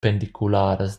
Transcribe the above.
pendicularas